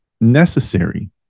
necessary